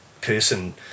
person